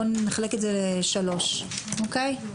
בואו נחלק את זה לשלוש, אוקיי?